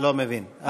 לא מבין,